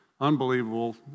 unbelievable